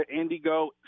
indigo